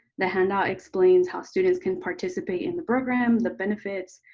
the handout explains how students can participate in the programs, the benefits,